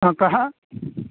कः